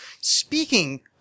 Speaking